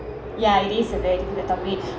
yeah it is a very good the topics